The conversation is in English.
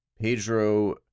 Pedro